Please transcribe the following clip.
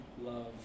love